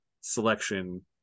selection